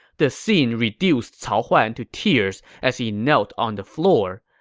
this scene reduced cao huan to tears as he knelt on the floor.